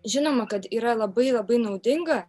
žinoma kad yra labai labai naudinga